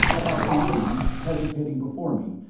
about the woman, hesitating before me,